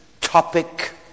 topic